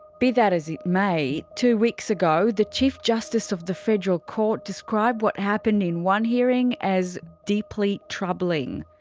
be that as it may, two weeks ago, the chief justice of the federal court described what happened in one hearing as deeply troubling.